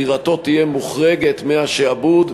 דירתו תהיה מוחרגת מהשעבוד,